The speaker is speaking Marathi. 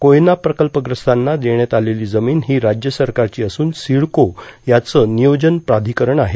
कोयना प्रकल्पग्रस्तांना देण्यात आलेली जमीन ही राज्य सरकारची असून सिडको त्याचं नियोजन प्राधिकरण आहे